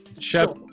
Chef